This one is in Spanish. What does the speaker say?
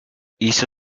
hizo